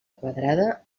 quadrada